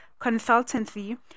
Consultancy